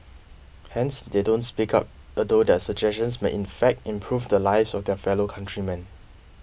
hence they don't speak up although their suggestions may in fact improve the lives of their fellow countrymen